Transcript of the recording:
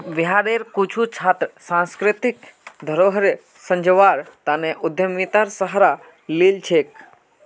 बिहारेर कुछु छात्र सांस्कृतिक धरोहर संजव्वार तने उद्यमितार सहारा लिल छेक